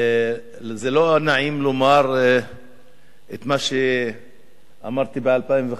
זה לא נעים לומר את מה שאמרתי ב-2005,